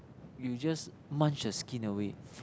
you just munch the skin away